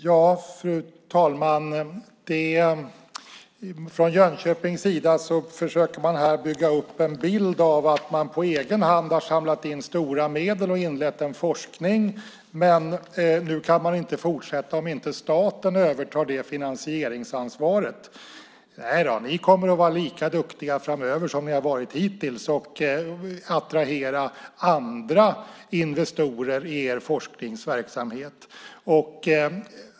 Fru talman! Från Jönköpings sida försöker man här bygga upp en bild av att man på egen hand har samlat in stora medel och inlett en forskning men nu inte kan fortsätta om inte staten tar över finansieringsansvaret. Nej då, ni kommer att vara lika duktiga framöver som ni har varit hittills på att attrahera andra investerare i er forskningsverksamhet.